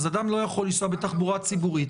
אז אדם לא יכול לנסוע בתחבורה ציבורית.